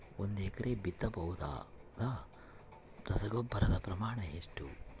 ಒಂದು ಎಕರೆಗೆ ಬಿತ್ತಬಹುದಾದ ರಸಗೊಬ್ಬರದ ಪ್ರಮಾಣ ಎಷ್ಟು?